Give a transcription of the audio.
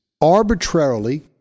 arbitrarily